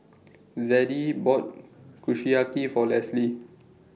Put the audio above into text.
Zadie bought Kushiyaki For Lesley